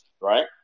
right